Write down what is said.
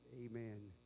Amen